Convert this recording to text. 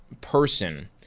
person